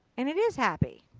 and it is happy.